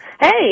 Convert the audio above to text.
Hey